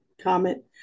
comment